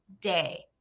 day